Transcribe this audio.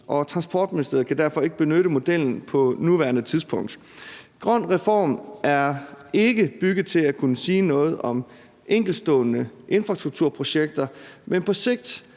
Transportministeriet kan derfor ikke benytte modellen på nuværende tidspunkt. GrønREFORM er ikke bygget til at kunne sige noget om enkeltstående infrastrukturprojekter, men på sigt